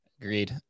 Agreed